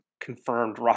Confirmed